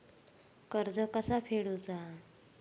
कर्ज कसा फेडुचा?